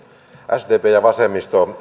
sdp ja vasemmisto